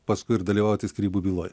paskui ir dalyvauti skyrybų byloj